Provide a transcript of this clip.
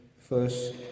First